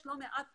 יש לא מעט כאלה,